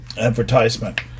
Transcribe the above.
advertisement